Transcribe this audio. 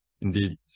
indeed